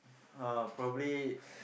uh probably